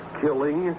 killing